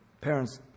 Parents